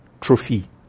trophy